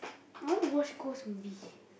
I want to watch ghost movie